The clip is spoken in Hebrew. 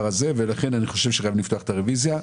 הזה ולכן אני חושב שצריך לפתוח את הרוויזיה.